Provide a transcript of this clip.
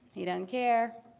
he doesn't care,